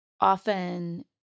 often